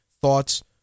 thoughts